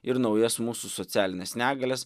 ir naujas mūsų socialines negalias